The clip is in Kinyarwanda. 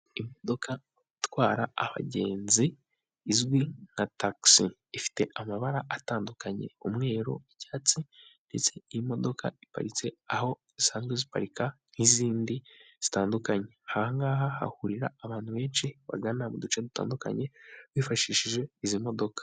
Imodoka itwara abagenzi izwi nka tax ifite amabara atandukanye umweru, icyatsi ndetse iyi modoka iparitse aho zisanzwe ziparika nk'izindi zitandukanye, aha ngaha hahurira abantu benshi bagana mu duce dutandukanye bifashishije izi modoka.